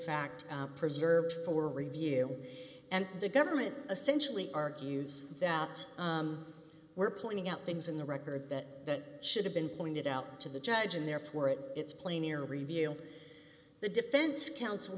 fact preserved for review and the government essentially argues that we're pointing out things in the record that should have been pointed out to the judge and therefore it it's plain air review the defense counsel